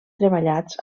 treballats